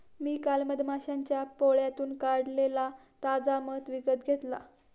मी काल मधमाश्यांच्या पोळ्यातून काढलेला ताजा मध विकत घेतला